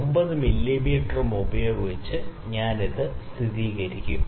9 മില്ലീമീറ്ററും ഉപയോഗിച്ച് ഞാൻ ഇത് സ്ഥിരീകരിക്കും